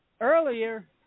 Earlier